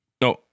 No